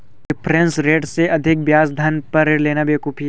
reference rate से अधिक ब्याज पर ऋण लेना बेवकूफी है